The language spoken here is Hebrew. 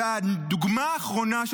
הדוגמה האחרונה,